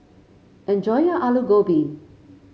enjoy your Alu Gobi